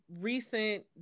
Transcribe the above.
recent